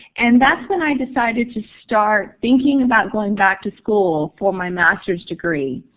and that's when i decided to start thinking about going back to school for my master's degree.